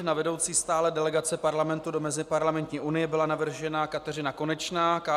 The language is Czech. Na vedoucí stálé delegace Parlamentu do Meziparlamentní unie byla navržena Kateřina Konečná KSČM.